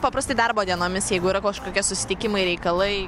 paprastai darbo dienomis jeigu yra kažkokie susitikimai reikalai